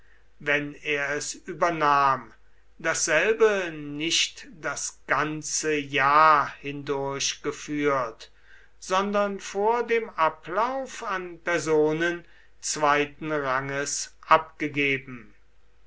wenn er es übernahm dasselbe nicht das ganze jahr hindurch geführt sondern vor dem ablauf an personen zweiten ranges abgegeben